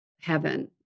heaven